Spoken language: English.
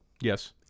Yes